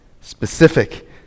Specific